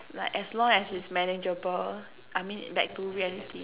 like as long as it's manageable I mean back to reality